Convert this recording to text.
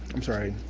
i'm sorry,